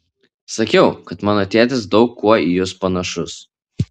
sakiau kad mano tėtis daug kuo į jus panašus